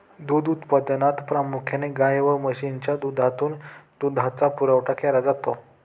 दूध उत्पादनात प्रामुख्याने गाय व म्हशीच्या दुधातून दुधाचा पुरवठा केला जातो